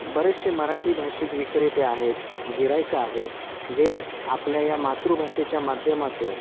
बरेचसे मराठी भाषिक विक्रेते आहेत गिऱ्हाईकं आहेत जे आपल्या या मातृभाषेच्या माध्यमातून